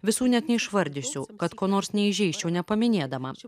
visų net neišvardysiu kad ko nors neįžeisčiau nepaminėdama